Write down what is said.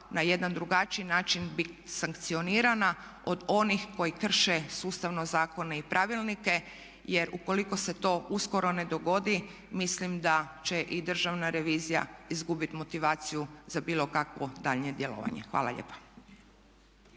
na jedan drugačiji način bit sankcionirana od onih koji krše sustavno zakone i pravilnike jer ukoliko se to uskoro ne dogodi mislim da će i Državna revizije izgubiti motivaciju za bilo kakvo daljnje djelovanje. Hvala lijepa.